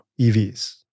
EVs